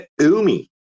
Umi